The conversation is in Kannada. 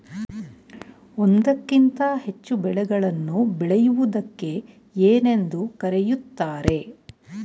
ಒಂದಕ್ಕಿಂತ ಹೆಚ್ಚು ಬೆಳೆಗಳನ್ನು ಬೆಳೆಯುವುದಕ್ಕೆ ಏನೆಂದು ಕರೆಯುತ್ತಾರೆ?